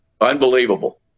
Unbelievable